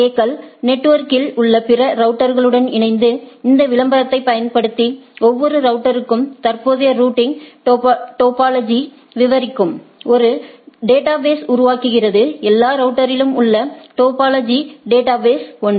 கள் நெட்வொர்கில் உள்ள பிற ரவுட்டர்களுடன் இணைந்து இந்த விளம்பரத்தைப் பயன்படுத்தி ஒவ்வொரு ரவுட்டர்களுக்கும் தற்போதைய நெட்வொர்க் டோபாலஜி விவரிக்கும் ஒரு டேட்டாபேஸை உருவாக்குகிறது எல்லா ரவுட்டரிலும் உள்ள டோபாலஜி டேட்டாபேஸ் ஒன்றே